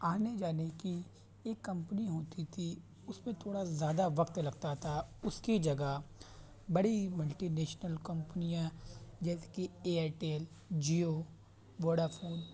آنے جانے کی ایک کمپنی ہوتی تھی اس میں تھوڑا زیادہ وقت لگتا تھا اس کی جگہ بڑی ملٹی نیشنل کمپنیاں جیسے کہ ایئرٹیل جیو ووڈا فون